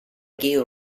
gale